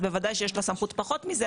אז בוודאי שיש לה סמכות פחות מזה,